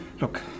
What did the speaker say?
Look